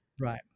right